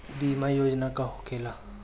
बीमा योजना का होखे ला?